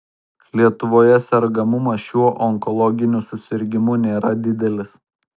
lietuvoje sergamumas šiuo onkologiniu susirgimu nėra didelis